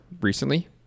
recently